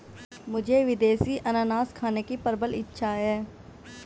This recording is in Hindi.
मुझे विदेशी अनन्नास खाने की प्रबल इच्छा है